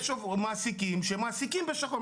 יש מעסיקים שמעסיקים בשחור.